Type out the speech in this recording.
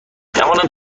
گمونم